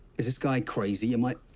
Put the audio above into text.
is this guy crazy? am i